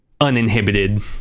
uninhibited